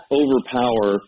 overpower